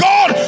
God